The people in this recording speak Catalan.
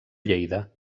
lleida